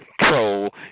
troll